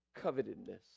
covetedness